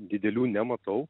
didelių nematau